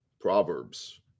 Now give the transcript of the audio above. proverbs